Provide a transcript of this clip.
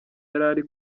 yarari